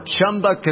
Chumba